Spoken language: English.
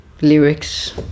lyrics